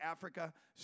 Africa